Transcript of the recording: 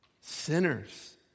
Sinners